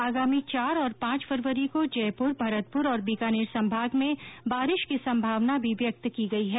आगामी चार और पांच फरवरी को जयपुर भरतपुर और बीकानेर संभाग में बारिश की संभावना भी व्यक्त की गई है